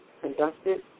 conducted